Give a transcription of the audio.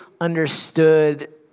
understood